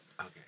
Okay